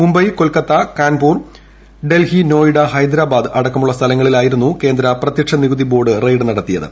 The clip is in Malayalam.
മുംബൈ കൊൽക്കത്ത കാൻപൂർ ഡൽഹി നോയിഡ ഹൈദ്രാബാദ് അടക്കമുള്ള സ്ഥലങ്ങളിലായിരുന്നു കേന്ദ്ര പ്രത്യക്ഷ നികുതി ബോർഡ് റെയ്ഡ് നടത്തിയത്